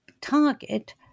target